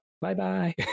bye-bye